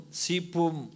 sipum